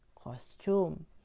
costume